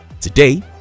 Today